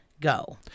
go